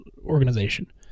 organization